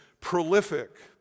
prolific